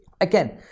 again